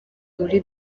muri